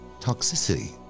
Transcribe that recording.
Toxicity